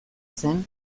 zen